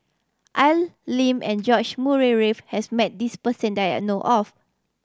Al Lim and George Murray Reith has met this person that I know of